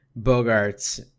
Bogarts